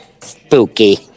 Spooky